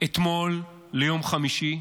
אתמול ליום חמישי?